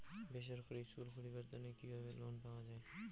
বেসরকারি স্কুল খুলিবার তানে কিভাবে লোন পাওয়া যায়?